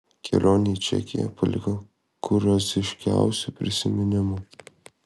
kelionė į čekiją paliko kurioziškiausių prisiminimų